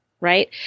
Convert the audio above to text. right